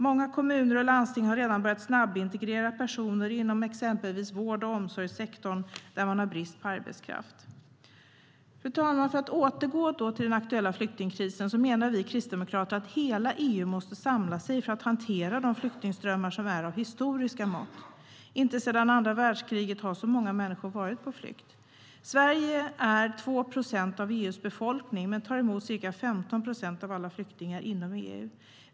Många kommuner och landsting har redan börjat snabbintegrera personer inom exempelvis vård och omsorgssektorn, där man har brist på arbetskraft. Fru talman! För att återgå till den aktuella flyktingkrisen menar vi kristdemokrater att hela EU måste samla sig för att hantera dessa flyktingströmmar, som är av historiska mått. Inte sedan andra världskriget har så många människor varit på flykt. Sverige har 2 procent av EU:s befolkning men tar emot ca 15 procent av alla flyktingar inom EU.